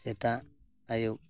ᱥᱮᱛᱟᱜ ᱟᱭᱩᱵ